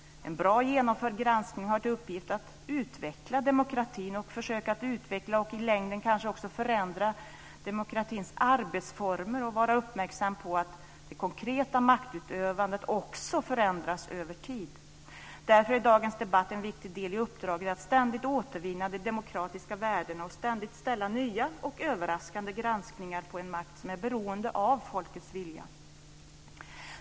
En bra genomförd granskning har till uppgift att utveckla demokratin, att försöka utveckla och i längden också förändra demokratins arbetsformer samt att vara uppmärksam på att det konkreta maktutövandet också förändras över tid. Därför är dagens debatt en viktig del i uppdraget att ständigt återvinna de demokratiska värdena och ständigt göra nya och överraskande granskningar av en makt som är beroende av folkets vilja.